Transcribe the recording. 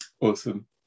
awesome